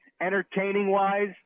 entertaining-wise –